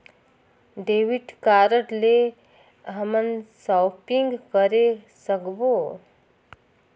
Debit card ले हमन shopping करे सकबो?